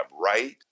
right